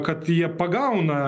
kad jie pagauna